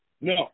No